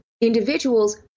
Individuals